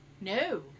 No